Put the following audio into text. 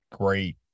great